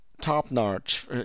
top-notch